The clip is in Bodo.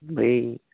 बै